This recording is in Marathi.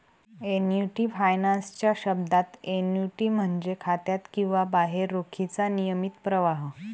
एन्युटी फायनान्स च्या शब्दात, एन्युटी म्हणजे खात्यात किंवा बाहेर रोखीचा नियमित प्रवाह